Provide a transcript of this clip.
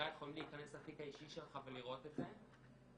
יכולים להיכנס לתיק האישי של ולראות את זה.